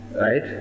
Right